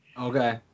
Okay